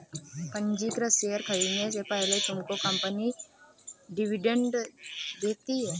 पंजीकृत शेयर खरीदने से पहले तुमको कंपनी डिविडेंड देती है